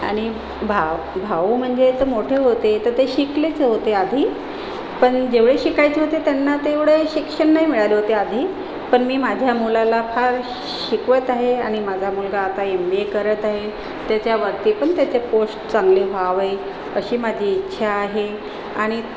आणि भाव भाऊ म्हणजे तर मोठे होते तर ते शिकलेच होते आधी पण जेवढे शिकायचे होतं त्यांना तेवढे शिक्षण नाही मिळाले होते आधी पण मी माझ्या मुलाला फार शि शिकवत आहे आणि माझा मुलगा आता एम बी ए करत आहे त्याच्यावरती पण त्याची पोस्ट चांगली व्हावी अशी माझी इच्छा आहे आणि